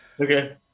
okay